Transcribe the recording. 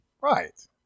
Right